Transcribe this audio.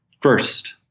First